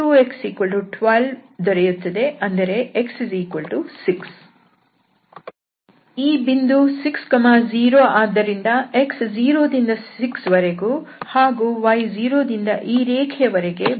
ಈ ಬಿಂದು 60 ಆದ್ದರಿಂದ x 0 ದಿಂದ 6 ರ ವರೆಗೆ ಹಾಗೂ y 0 ದಿಂದ ಈ ರೇಖೆಯ ವರೆಗೆ ಬದಲಾಗುತ್ತದೆ